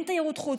אין תיירות חוץ,